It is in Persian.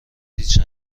هیچ